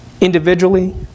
individually